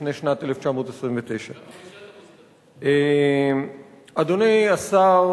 לפני שנת 1929. אדוני השר,